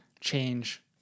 change